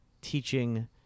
teaching